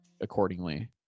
accordingly